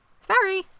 Sorry